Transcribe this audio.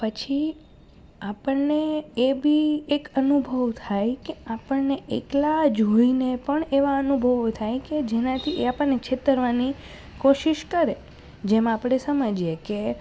પછી આપણને એ બી એક અનુભવ થાય કે આપણને એકલા જોઈને પણ એવા અનુભવો થાય કે જેનાથી એ આપણને છેતરવાની કોશિશ કરે જેમ આપણે સમજીએ કે